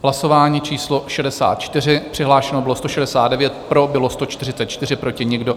Hlasování číslo 64, přihlášeno bylo 169, pro bylo 144, proti nikdo.